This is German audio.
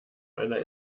einer